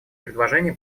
предложения